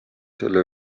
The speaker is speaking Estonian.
selle